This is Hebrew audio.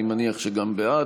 אני מניח שגם בעד.